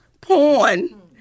porn